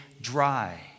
dry